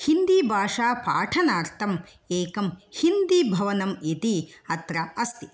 हिन्दीभाषा पाठनार्थम् एकं हिन्दीभवनम् इति अत्र अस्ति